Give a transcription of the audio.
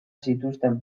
zituzten